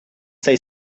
say